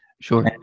Sure